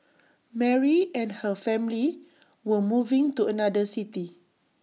Mary and her family were moving to another city